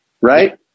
right